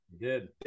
Good